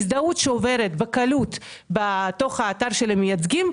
הזדהות שעוברת בקלות באתר של המייצגים,